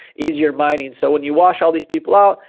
easier mining. so when you wash all these people out,